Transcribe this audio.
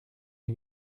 les